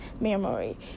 memory